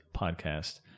podcast